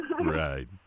right